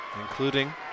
including